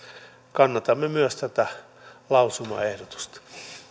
kannatamme myös tätä lausumaehdotusta